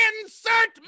insert